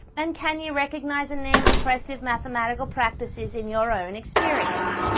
and can you recognize and name oppressive mathematical practices in your ah and experience?